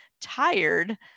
tired